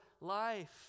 life